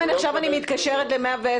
תתקשר למוקד 110. אם אני מתקשרת עכשיו למוקד 110,